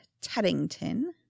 Teddington